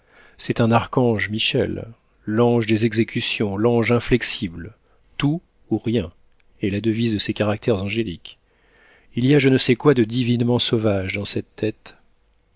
c'est un archange michel l'ange des exécutions l'ange inflexible tout ou rien est la devise de ces caractères angéliques il y a je ne sais quoi de divinement sauvage dans cette tête